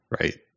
right